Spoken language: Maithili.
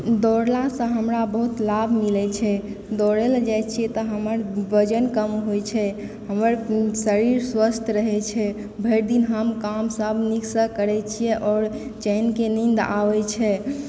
दौड़लासंँ हमरा बहुत लाभ मिलेए छै दौड़ए लऽ जाइ छिऐ तऽ हमर वजन कम होए छै हमर शरीर स्वस्थ रहए छै भरि दिन हम काम सब नीकसंँ करए छिऐ आओर चैनके नींद आबए छै